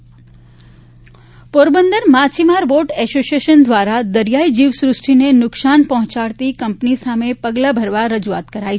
પોરબંદર આવેદનપત્ર પોરબંદર માછીમાર boat association દ્વારા દરિયાઇ જીવસૃષ્ટિને નુકશાન પહોંચાડાતી કંપની સામે પગલા ભરવા રજૂઆત કરાઇ